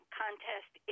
contest